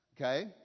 okay